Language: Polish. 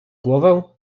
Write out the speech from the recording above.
głowę